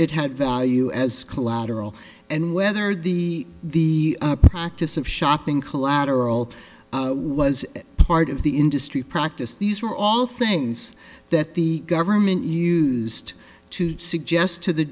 it had value as collateral and whether the the practice of shopping collateral was part of the industry practice these were all things that the government used to suggest to the